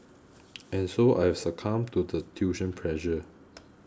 and so I have succumbed to the tuition pressure